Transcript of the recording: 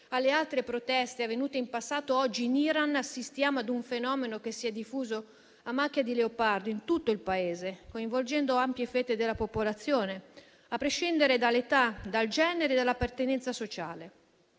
alle altre proteste avvenute in passato, oggi in Iran assistiamo a un fenomeno che si è diffuso a macchia di leopardo in tutto il Paese, coinvolgendo ampie fette della popolazione, a prescindere dall'età, dal genere e dall'appartenenza sociale.